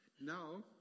now